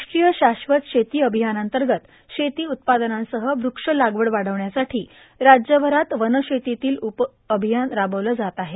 राष्ट्रीय शाश्वत शेती अभियानांतर्गत शेती उत्पादनासह वृक्ष लागवड वाढविण्यासाठी राज्यभर वनशेतील उपअभियान राबवलं जात आहे